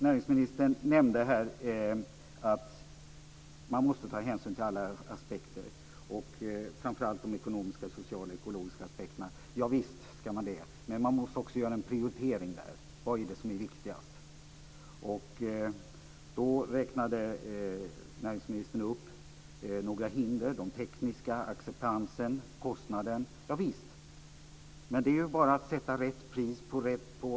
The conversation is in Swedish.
Näringsministern nämnde här att man måste ta hänsyn till alla aspekter, framför allt ekonomiska, sociala och ekologiska aspekter. Javisst ska man det. Men man måste också göra en prioritering. Vad är det som är viktigast? Näringsministern räknade upp några hinder: de tekniska hindren, acceptansen, kostnaden. Javisst, men det är ju bara att sätta rätt pris på varje sak.